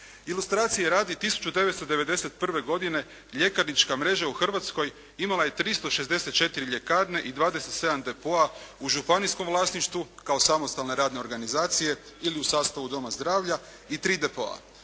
Ilustracije radi, 1991. godine ljekarnička mreža u Hrvatskoj imala je 364 ljekarne i 27 depoa u županijskom vlasništvu kao samostalne radne organizacije ili u sastavu doma zdravlja i tri depoa.